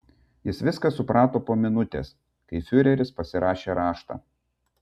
jis viską suprato po minutės kai fiureris pasirašė raštą